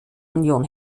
union